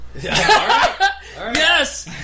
Yes